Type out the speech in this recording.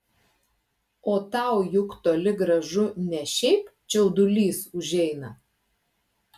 o tau juk toli gražu ne šiaip čiaudulys užeina